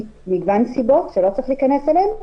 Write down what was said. בשל מגוון סיבות שלא צריך להיכנס אליהן.